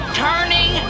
turning